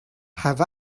have